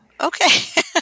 okay